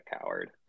coward